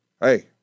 Hey